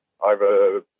over